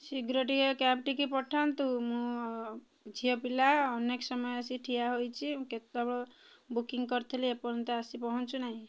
ଶୀଘ୍ର ଟିକିଏ କ୍ୟାବ୍ଟିକୁ ପଠାନ୍ତୁ ମୁଁ ଝିଅ ପିଲା ଅନେକ ସମୟ ଆସି ଠିଆ ହୋଇଛି କେତେବେଳ ବୁକିଂ କରିଥିଲି ଏପର୍ଯ୍ୟନ୍ତ ଆସି ପହଞ୍ଚୁନାହିଁ